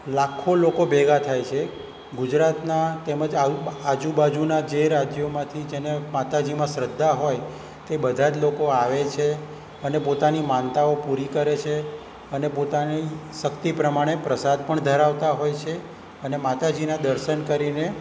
લાખો લોકો ભેગા થાય છે ગુજરાતનાં તેમજ આઉટ આજુબાજુના જે રાજયોમાંથી જેને માતાજીમાં શ્રદ્ધા હોય તે બધાજ લોકો આવે છે અને પોતાની માનતાઓ પૂરી કરે છે અને પોતાની શક્તિ પ્રમાણે પ્રસાદ પણ ધરાવતા હોય છે અને માતાજીના દર્શન કરીને